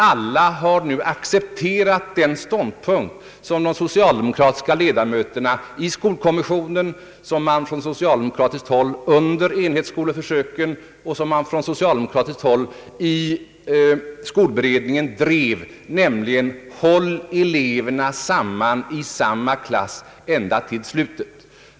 Alla tycks ha accepterat den stånd punkt som man drev från socialdemokratiskt håll både under enhetsskoleförsöken och i skolberedningen, nämligen att eleverna i grundskolan, oavsett begåvningsgrad, skall hållas samman i samma klass till slutet.